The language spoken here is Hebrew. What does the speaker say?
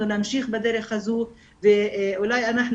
אנחנו נמשיך בדרך הזו ואולי אנחנו,